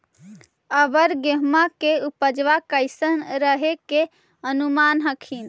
अबर गेहुमा के उपजबा कैसन रहे के अनुमान हखिन?